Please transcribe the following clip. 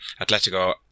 Atletico